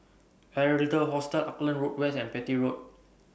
Adler Hostel Auckland Road West and Petir Road